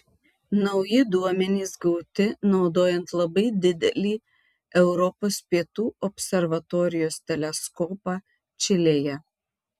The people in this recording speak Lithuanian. nauji duomenys gauti naudojant labai didelį europos pietų observatorijos teleskopą čilėje